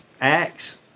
acts